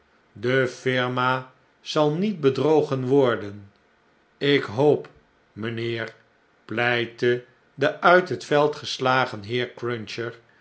de firma zal niet bedrogen worden b ik hoop my'nheer pleitte de uit het veld gestagen heer cruncher